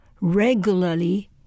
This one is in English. regularly